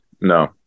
No